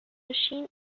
machine